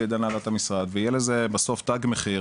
ידי הנהלת המשרד ויהיה לזה בסוף תג מחיר,